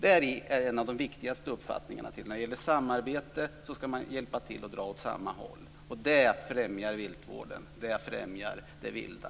Samarbete är en av de viktigaste faktorerna. Man ska hjälpas åt med att dra åt samma håll. Det främjar viltvården och det vilda.